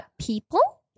people